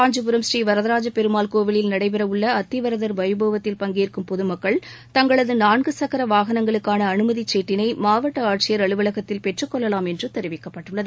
காஞ்சிபுரம் ஸ்ரீ வரதராஜ பெருமாள் கோவிலில் நடைபெறவுள்ள அத்தி வரதர் வைபவத்தில் பங்கேற்கும் பொதுமக்கள் தங்களது நான்கு சக்கர வாகனங்களுக்கான அனுமதிச் சீட்டினை மாவட்ட ஆட்சியர் அலுவலகத்தில் பெற்றுக் கொள்ளலாம் என்று தெரிவிக்கப்பட்டுள்ளது